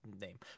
name